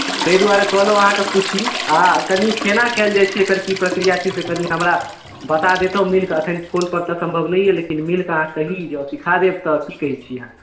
ताहि दुआरे कहलहुँ अहाँके पूछी आ कनि केना की कयल जाइत छै एकर की प्रक्रिया छै से कनी हमरा बता दैतहुँ मिलिके एखन फोनपर तऽ सम्भव नहि अइ तऽ मिलिके जँ अहाँ कही तऽ जँ सिखा देब तऽ की कहैत छी अहाँ